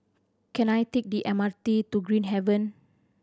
can I take the M R T to Green Haven